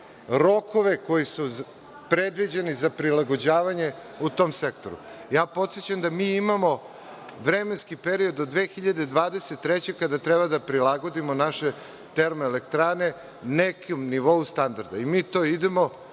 rokove koji su predviđeni za prilagođavanje u tom sektoru. Podsećam da mi imamo vremenski period do 2023. godine kada treba da prilagodimo naše termoelektrane nekom nivou standarda. Mi to idemo